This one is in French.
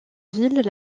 ville